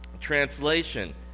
translation